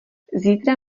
zítra